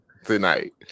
Tonight